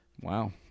Wow